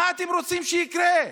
מה אתם רוצים שיקרה?